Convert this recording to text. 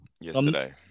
yesterday